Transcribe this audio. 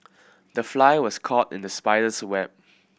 the fly was caught in the spider's web